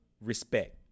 respect